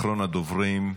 אחרון הדוברים,